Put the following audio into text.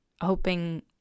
hoping